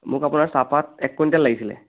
মোক আপোনাৰ চাহপাত এক কুইণ্টেল লাগিছিলে